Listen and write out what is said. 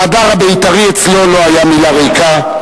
ההדר הבית"רי אצלו לא היה מלה ריקה,